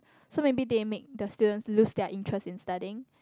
so maybe they make their student lose their interest in studying